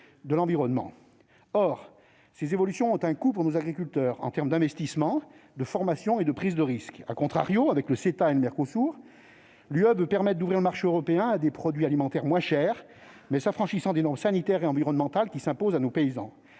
de l'environnement. Or ces évolutions ont un coût pour nos agriculteurs en termes d'investissement, de formation et de prise de risque., avec le CETA et le Mercosur, l'Union européenne veut ouvrir le marché européen à des produits alimentaires moins chers, mais qui s'affranchissent des normes sanitaires et environnementales s'imposant à nos paysans.